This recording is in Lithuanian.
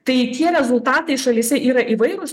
tai tie rezultatai šalyse yra įvairūs